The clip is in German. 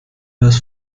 das